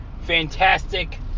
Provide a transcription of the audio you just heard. fantastic